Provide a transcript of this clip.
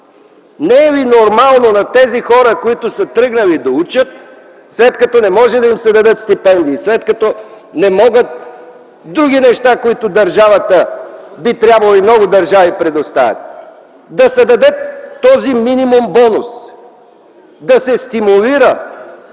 Не е ли нормално на тези хора, които са тръгнали да учат, след като не може да им се дадат стипендии, след като не могат други неща, които държавата би трябвало и много държави предоставят, да се даде този минимум бонус, да се стимулира